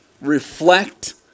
reflect